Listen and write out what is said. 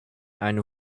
eine